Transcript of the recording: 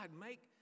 make